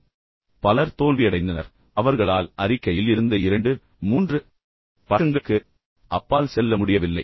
எனவே பலர் தோல்வியடைந்தனர் அவர்களால் அறிக்கையில் இருந்த இரண்டு மூன்று பக்கங்களுக்கு அப்பால் செல்ல முடியவில்லை